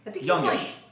youngish